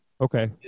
Okay